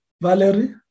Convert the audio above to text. Valerie